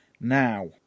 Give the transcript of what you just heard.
Now